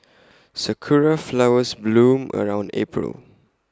Sakura Flowers bloom around April